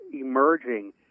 emerging